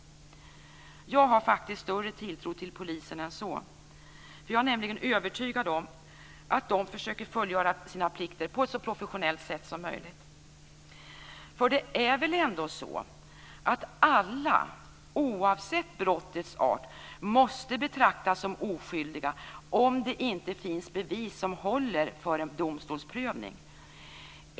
Jag har faktiskt större tilltro till polisen än så. Jag är nämligen övertygad om att de försöker fullgöra sina plikter på ett så professionellt sätt som möjligt. Det är väl ändå så att alla, oavsett brottets art, måste betraktas som oskyldiga om det inte finns bevis som håller för en domstolsprövning?